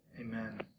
Amen